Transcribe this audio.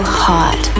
hot